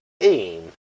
aim